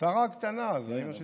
שרה הקטנה זו האימא של ציפי לבני.